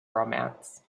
romance